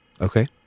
Okay